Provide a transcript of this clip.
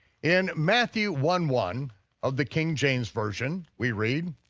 in matthew one one of the king james version, we read,